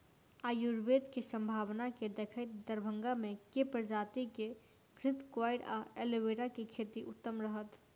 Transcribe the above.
आयुर्वेद केँ सम्भावना केँ देखैत दरभंगा मे केँ प्रजाति केँ घृतक्वाइर वा एलोवेरा केँ खेती उत्तम रहत?